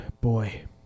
boy